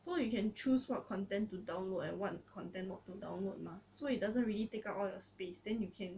so you can choose what content to download and what content not to download mah so it doesn't really take out all your space then you can